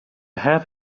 have